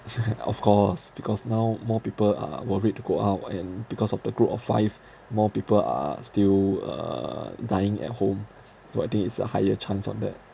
of course because now more people are worried to go out and because of the group of five more people are still uh dining at home so I think it's a higher chance on that